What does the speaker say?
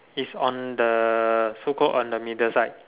is on the so call on the middle side